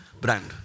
brand